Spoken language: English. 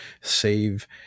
save